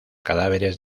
cadáveres